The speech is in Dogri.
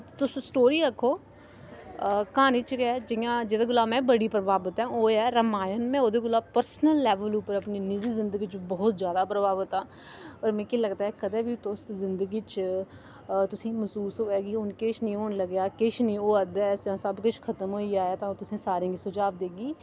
तुस स्टोरी आक्खो क्हानी च गै जियां जेह्दे कोला मै बड़ी प्रभावत आं ओह् ऐ रामायण मैं ओह्दे कोला पर्सनल लैवल उप्पर अपनी निजी जिंदगी च बहुत ज्यादा प्रभावत आं पर मिगी लगदा ऐ कदें बी तुस जिंदगी च तुसेंगी मसूस होऐ कि हून किश नि होन लग्गेआ किश नी होआ करदा ऐ जां सब किश खतम होई गेआ ऐ तां तुसेंगी सारें गी सुझाव देगी